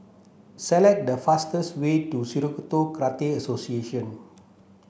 select the fastest way to Shitoryu Karate Association